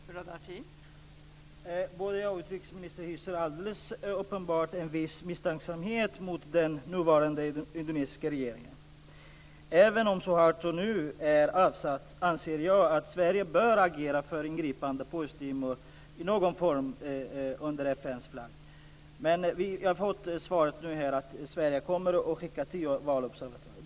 Fru talman! Både jag och utrikesministern hyser alldeles uppenbart en viss misstänksamhet mot den nuvarande indonesiska regeringen. Även om Suharto nu är avsatt anser jag att Sverige bör agera för ingripande på Östtimor i någon form under FN:s flagg. Vi har här nu fått svaret att Sverige kommer att skicka tio valobservatörer.